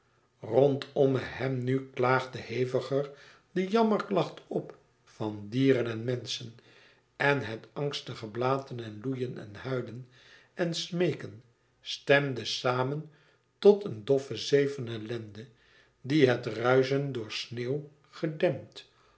rondomme hem nu klaagde heviger de jammerklacht op van dieren en menschen en het angstige blaten en loeien en huilen en smeeken stemde samen tot een doffe zee van ellende die het ruischen door sneeuw gedempt